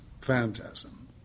phantasm